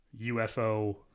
UFO